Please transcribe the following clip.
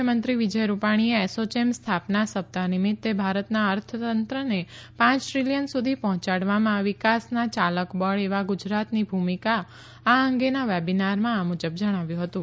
મુખ્યમંત્રી વિજય રૂપાણીએ એસોચેમ સ્થાપના સપ્તાહ નિમિત્તે ભારતના અર્થતંત્રને પાંચ ટ્રીલીયન સુધી પહોચાડવામાં વિકાસનાચાલકબળ એવા ગુજરાતની ભૂમિકા આ અંગેના વેબીનારમાં આ મુજબ જણાવ્યું હતું